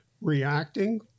reacting